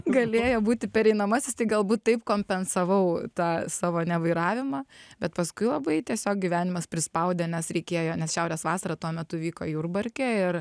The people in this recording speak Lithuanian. galėjo būti pereinamasis tai galbūt taip kompensavau tą savo nevairavimą bet paskui labai tiesiog gyvenimas prispaudė nes reikėjo nes šiaurės vasara tuo metu vyko jurbarke ir